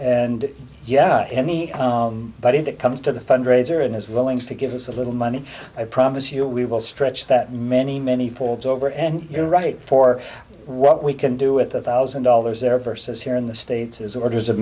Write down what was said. and yeah any but if it comes to the fundraiser and is willing to give us a little money i promise you we will stretch that many many folds over and you're right for what we can do with a thousand dollars there versus here in the states is orders of